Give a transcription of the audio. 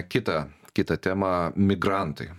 kitą kitą temą migrantai